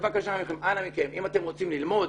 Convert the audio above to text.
בבקשה מכם, אנא מכם, אם אתם רוצים ללמוד